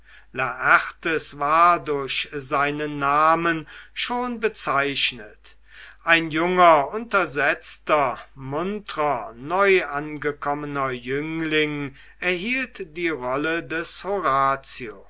laertes war durch seinen namen schon bezeichnet ein junger untersetzter muntrer neuangekommener jüngling erhielt die rolle des